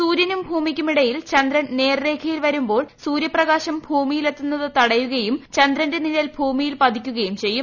സൂര്യനും ഭൂമിയ്ക്കുമിടയിൽ ചന്ദ്രൻ നേർരേഖയിൽ വരുമ്പോൾ സൂര്യപ്രകാശം ഭൂമിയിലെത്തുന്നത് തടയുകയും ചന്ദ്രന്റെ നിഴൽ ഭൂമിയിൽ പതിക്കുകയും ചെയ്യും